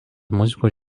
muzikos